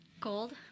Gold